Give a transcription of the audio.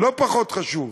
לא פחות חשוב,